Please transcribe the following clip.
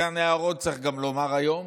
וגם הנערות, צריך לומר היום,